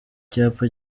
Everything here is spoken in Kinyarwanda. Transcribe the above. icyapa